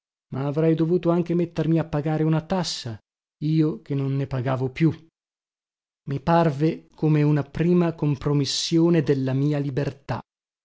ma avrei dovuto anche mettermi a pagare una tassa io che non ne pagavo più i parve come una prima compromissione della mia libertà